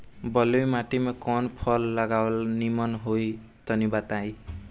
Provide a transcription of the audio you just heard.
बलुई माटी में कउन फल लगावल निमन होई तनि बताई?